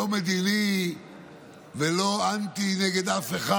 לא מדיני ולא נגד אף אחד.